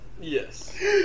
Yes